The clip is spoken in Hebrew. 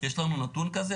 יש לנו נתון כזה?